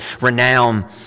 renown